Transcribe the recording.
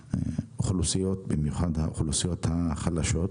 האוכלוסיות, במיוחד על האוכלוסיות החלשות.